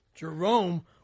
Jerome